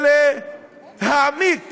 ולהעמיק